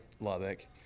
Lubbock